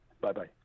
Bye-bye